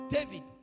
David